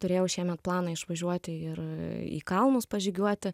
turėjau šiemet planą išvažiuoti ir į kalnus pažygiuoti